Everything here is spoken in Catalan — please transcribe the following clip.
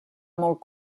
molt